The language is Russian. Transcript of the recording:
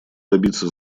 добиться